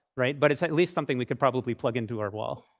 right? but it's at least something we could probably plug into our wall.